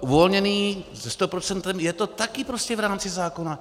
uvolněný ze 100 %, je to také prostě v rámci zákona.